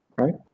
right